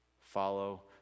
Follow